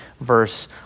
verse